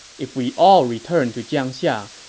if we all return to jiangxia,